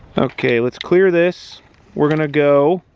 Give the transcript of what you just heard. okay let's clear this we're gonna go